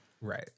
Right